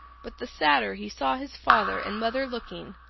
but the sadder he saw his father and mother looking,